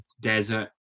desert